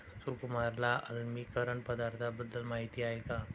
सुकुमारला आम्लीकरण पदार्थांबद्दल माहिती आहे का?